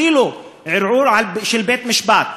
אפילו ערעור של בית-משפט.